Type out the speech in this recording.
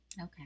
Okay